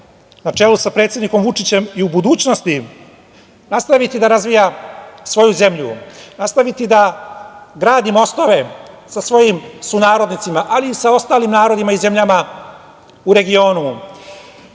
na čelu sa predsednikom Vučićem i u budućnosti nastaviti da razvija svoju zemlju. Nastaviti da gradi mostove sa svojim sunarodnicima ali i sa ostalim narodima i zemljama u regionu,